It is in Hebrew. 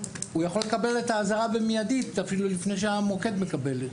הוא יכול לקבל את האזהרה במיידית ואפילו לפני שהמוקד מקבל,